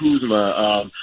Kuzma